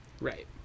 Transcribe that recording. Right